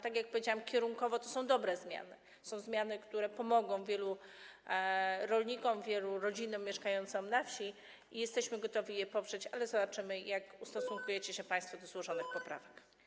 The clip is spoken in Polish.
Tak jak powiedziałam, kierunkowo to są dobre zmiany, to są zmiany, które pomogą wielu rolnikom, wielu rodzinom mieszkającym na wsi, i jesteśmy gotowi je poprzeć, ale zobaczymy, jak ustosunkujecie się państwo do złożonych poprawek.